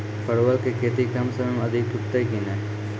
परवल की खेती कम समय मे अधिक टूटते की ने?